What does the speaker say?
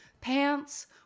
pants